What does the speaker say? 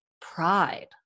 pride